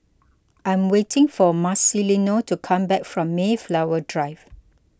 I am waiting for Marcelino to come back from Mayflower Drive